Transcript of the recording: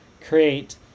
create